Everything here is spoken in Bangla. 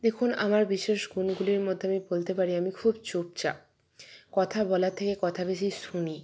দেখুন আমার বিশেষ গুণগুলির মধ্যে আমি বলতে পারি আমি খুব চুপচাপ কথা বলার থেকে কথা বেশি শুনি